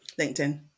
LinkedIn